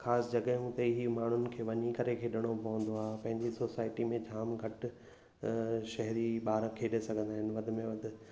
ख़ासि जॻहियूं ते ई माण्हुनि खे वञी करे खेॾणो पवंदो आहे पंहिंजी सोसाइटी में जामु घटि शहरी ॿार खेॾे सघंदा आहिनि वध में वधि